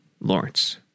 Lawrence